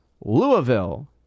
Louisville